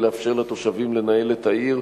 לאפשר לתושבים לנהל את העיר.